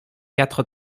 quatre